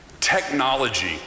Technology